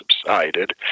subsided